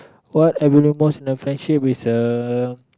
what I value most in a friendship is uh